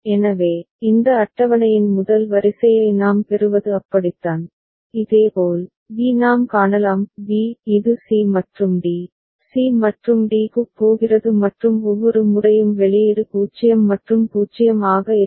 எனவே இந்த அட்டவணையின் முதல் வரிசையை நாம் பெறுவது அப்படித்தான் இதேபோல் b நாம் காணலாம் b இது c மற்றும் d c மற்றும் d க்குப் போகிறது மற்றும் ஒவ்வொரு முறையும் வெளியீடு 0 மற்றும் 0 ஆக இருக்கும்